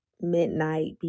midnight